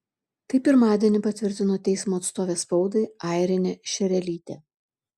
tai pirmadienį patvirtino teismo atstovė spaudai airinė šerelytė